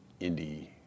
indie